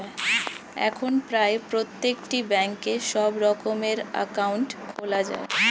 এখন প্রায় প্রত্যেকটি ব্যাঙ্কে সব রকমের অ্যাকাউন্ট খোলা যায়